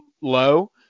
low